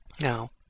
Now